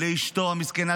ולאשתו המסכנה,